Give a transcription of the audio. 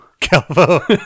calvo